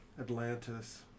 Atlantis